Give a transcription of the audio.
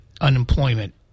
unemployment